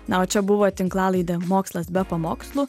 na o čia buvo tinklalaidę mokslas be pamokslų